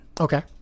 okay